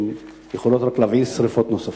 שיכולות רק להביא שרפות נוספות.